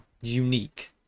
unique